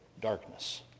darkness